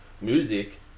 music